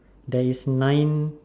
there is nine